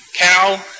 cow